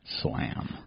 Slam